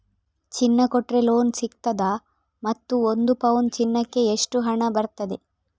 ಚಿನ್ನ ಕೊಟ್ರೆ ಲೋನ್ ಸಿಗ್ತದಾ ಮತ್ತು ಒಂದು ಪೌನು ಚಿನ್ನಕ್ಕೆ ಒಟ್ಟು ಎಷ್ಟು ಹಣ ಬರ್ತದೆ?